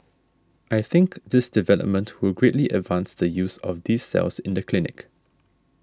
I think this development will greatly advance the use of these cells in the clinic